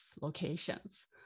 locations